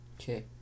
Okay